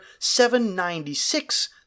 796